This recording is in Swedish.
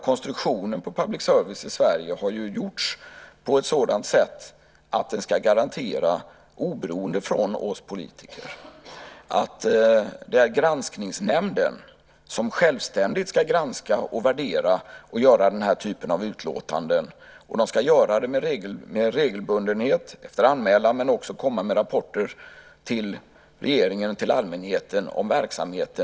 Konstruktionen på public service i Sverige har ju gjorts på ett sådant sätt att det ska garantera att Granskningsnämnden, oberoende från oss politiker, självständigt granskar och värderar och gör den här typen av utlåtanden. Den ska göra det med regelbundenhet, efter anmälan, men också lite då och då komma med rapporter till regeringen och allmänheten om verksamheten.